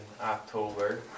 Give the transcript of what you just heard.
October